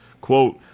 Quote